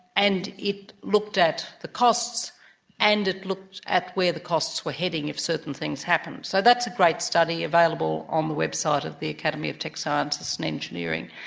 and it looked at the costs and it looked at where the costs were heading if certain things happened. so that's a great study, available on the website of the academy of tech sciences and engineering.